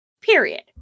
period